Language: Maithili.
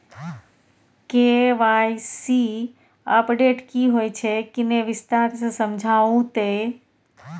के.वाई.सी अपडेट की होय छै किन्ने विस्तार से समझाऊ ते?